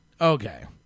Okay